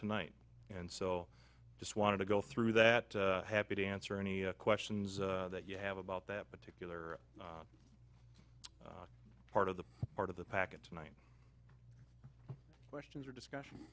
tonight and so i just wanted to go through that happy to answer any questions that you have about that particular part of the part of the package tonight questions or discussion